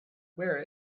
wear